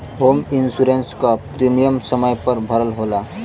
home insurance क premium समय पर भरना होला